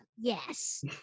Yes